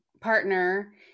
partner